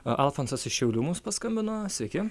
alfonsas iš šiaulių mums paskambino sveiki